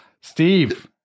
Steve